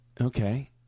Okay